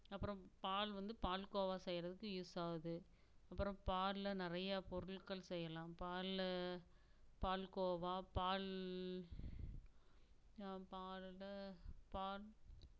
அப்புறம் பால் வந்து பால்கோவா செய்கிறதுக்கு யூஸ் ஆகுது அப்புறம் பால்ல நிறைய பொருள்கள் செய்யலாம் பால்ல பால்கோவா பால் பால்ல பால்